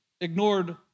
ignored